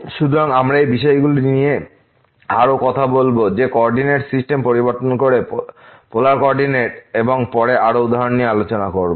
সুতরাং আমরা এই বিষয়গুলো নিয়ে আরো কথা বলব যে কো অর্ডিনেট সিস্টেম পরিবর্তন করে পোলার কো অর্ডিনেট এবং পরে আরও উদাহরণ দিয়ে আলোচোনা করবো